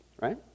Right